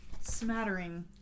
smattering